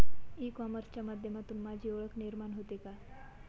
E कॉमर्सच्या माध्यमातून माझी ओळख निर्माण होते का?